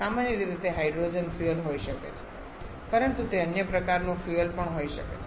સામાન્ય રીતે તે હાઇડ્રોકાર્બન ફ્યુઅલ હોઈ શકે છે પરંતુ તે અન્ય પ્રકારનું ફ્યુઅલ પણ હોઈ શકે છે